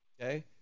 Okay